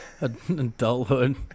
adulthood